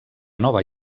nova